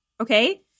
Okay